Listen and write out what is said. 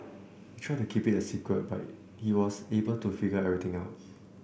they tried to keep it a secret but he was able to figure everything out